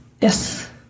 Yes